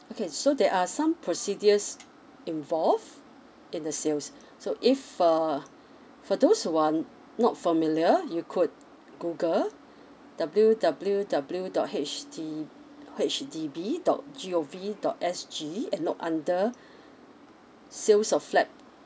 okay so there are some procedures involved in a sales so if uh for those who are not familiar you could google W W W dot H D~ H D B dot G O V dot S G and look under sales of flat